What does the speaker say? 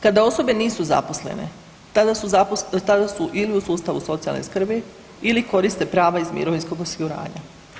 Kada osobe nisu zaposlene, tada su ili u sustavu socijalne skrbi ili koriste prava iz mirovinskog osiguranja.